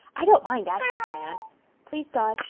i don't mind asking him, anne please, god,